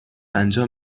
انجام